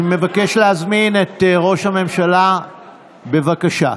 אני מבקש להזמין את ראש הממשלה, בבקשה.